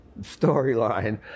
storyline